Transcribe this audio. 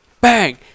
bang